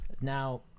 Now